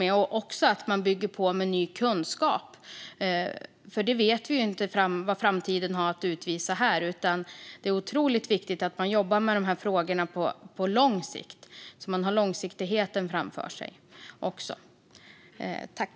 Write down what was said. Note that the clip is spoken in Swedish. Det måste också byggas på med ny kunskap, för vi vet inte vad som väntar i framtiden. Det är därför otroligt viktigt att jobba långsiktigt med dessa frågor.